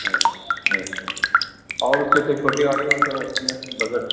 اچھا اچھا اور کوئی اس سے چھوٹی گاڑی ہو سر اصل میں بزٹ